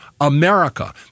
America